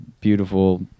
beautiful